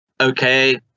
okay